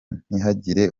ntihagire